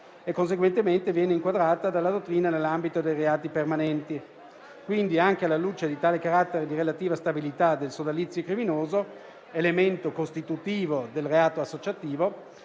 e, conseguentemente, viene inquadrata dalla dottrina nell'ambito dei reati permanenti. Quindi, anche alla luce di tale carattere di relativa stabilità del sodalizio criminoso, elemento costitutivo del reato associativo,